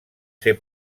ser